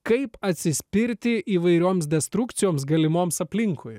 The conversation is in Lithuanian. kaip atsispirti įvairioms destrukcijoms galimoms aplinkui